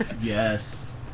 Yes